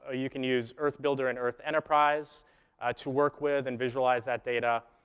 ah you can use earth builder and earth enterprise to work with and visualize that data,